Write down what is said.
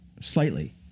Slightly